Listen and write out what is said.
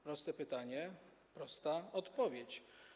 Proste pytanie, prosta odpowiedź.